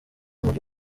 mujyi